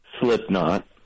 slipknot